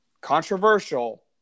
controversial